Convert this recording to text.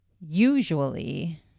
usually